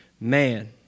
man